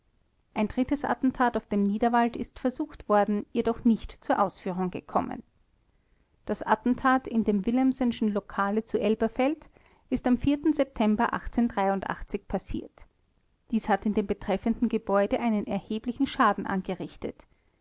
ein drittes attentat auf dem niederwald ist versucht worden jedoch nicht zur ausführung gekommen das attentat in dem willemsenschen lokale zu elberfeld ist am september passiert dies hat in dem betreffenden gebäude einen erheblichen schaden angerichtet